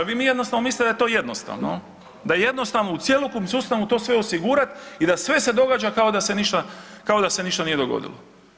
Vi jednostavno mislite da je to jednostavno da je jednostavno u cjelokupnom sustavu to sve osigurat i da se sve događa kao da se ništa nije dogodilo.